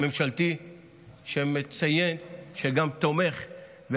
ממשלתי שמציית, שגם תומך.